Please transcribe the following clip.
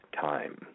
Time